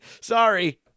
sorry